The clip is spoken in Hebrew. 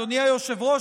אדוני היושב-ראש,